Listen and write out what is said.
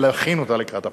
ולהכין אותה לקראת הבחירות.